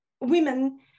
women